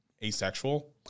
Asexual